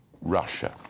Russia